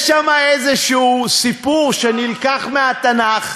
יש שם איזשהו סיפור, שנלקח מהתנ"ך,